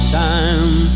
time